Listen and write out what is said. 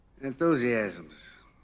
Enthusiasms